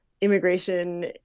immigration